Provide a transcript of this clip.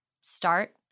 start